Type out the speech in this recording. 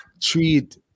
treat